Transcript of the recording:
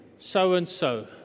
So-and-so